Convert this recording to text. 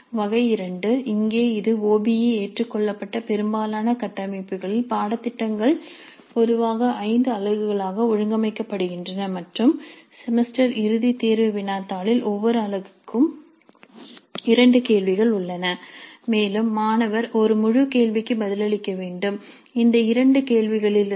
வகை 2 இங்கே இது OBE ஏற்றுக்கொள்ளப்பட்ட பெரும்பாலான கட்டமைப்புகளில் பாடத்திட்டங்கள் பொதுவாக 5 அலகுகளாக ஒழுங்கமைக்கப்படுகின்றன மற்றும் செமஸ்டர் இறுதி தேர்வு வினாத்தாளில் ஒவ்வொரு அலகுக்கும் 2 கேள்விகள் உள்ளன மேலும் மாணவர் ஒரு முழு கேள்விக்கு பதிலளிக்க வேண்டும் இந்த இரண்டு கேள்விகளிலிருந்து